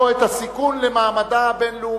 או את הסיכון למעמדה הבין-לאומי?